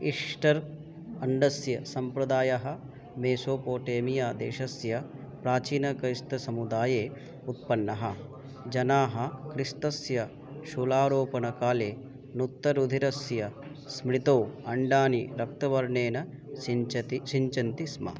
Easter अण्डस्य सम्प्रदायः Mesopotamia देशस्य प्राचीनक्रैस्तसमुदाये उत्पन्न जनाः क्रैस्तस्य शिलारोपणकाले नुत्तरुधिरस्य स्मृतौ अण्डानि रक्तवर्णेन सिञ्चति सिञ्चन्ति स्म